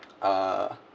uh